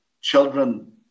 Children